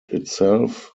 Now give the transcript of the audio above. itself